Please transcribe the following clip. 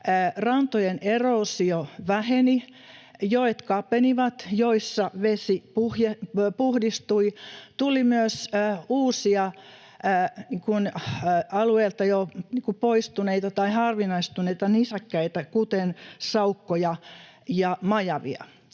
Rantojen eroosio väheni, joet kapenivat, joissa vesi puhdistui. Tuli myös uusia, alueelta jo poistuneita tai harvinaistuneita nisäkkäitä, kuten saukkoja ja majavia.